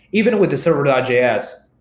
even with server and js,